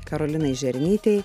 karolinai žerinytei